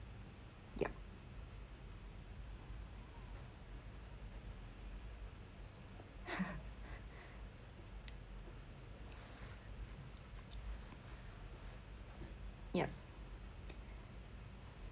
yup yeah